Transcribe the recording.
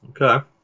Okay